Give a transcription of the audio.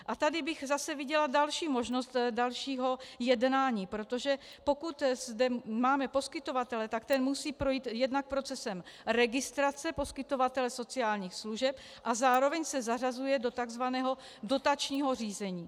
A tady bych zase viděla další možnost dalšího jednání, protože pokud zde máme poskytovatele, tak ten musí projít jednak procesem registrace poskytovatele sociálních služeb a zároveň se zařazuje do tzv. dotačního řízení.